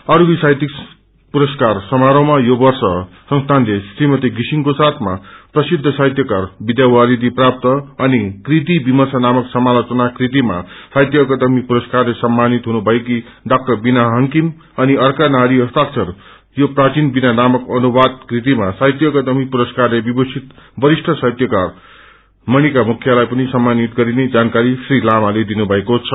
अस्ति साहित्यिक पुरस्कार सामारोहमा यो वव्र संसीनले श्रीमती षिसिङको साथमा प्रसिद्ध साहित्क्यकार विध्यावारिषी अनि कृति विर्मश नायक समालोचना कृतिमा साहित्य अकादमी पुरस्कारले सम्पानित हुनु भएकी डाक्अर वीणा हांङ्खिम अनि अर्का नारी इस्ताक्षर यो प्रचीन वीणा नामे अनुवाद कृतिमा साहित्य अक्पदमी पुरसकरले विभूषित वरिष्ठ साहित्यकार मणिका मुखिलाई पनि सम्मानित गरिने जानकारी श्री लामोले दिनुभएको छ